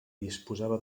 disposava